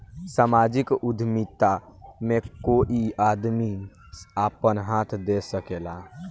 सामाजिक उद्यमिता में कोई आदमी आपन हाथ दे सकेला